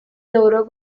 logró